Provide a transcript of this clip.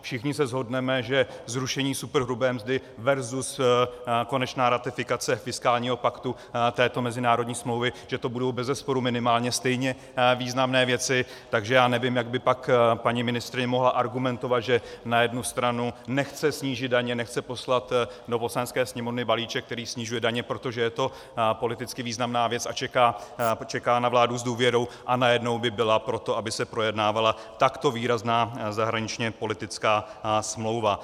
Všichni se shodneme, že zrušení superhrubé mzdy versus konečná ratifikace fiskálního paktu, této mezinárodní smlouvy, že to budou bezesporu minimálně stejně významné věci, takže já nevím, jak by pak paní ministryně mohla argumentovat, že na jednu stranu nechce snížit daně, nechce poslat do Poslanecké sněmovny balíček, který snižuje daně, protože je to politicky významná věc, a čeká na vládu s důvěrou, a najednou by byla pro to, aby se projednávala takto výrazná zahraničněpolitická smlouva.